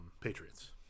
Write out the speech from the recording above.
Patriots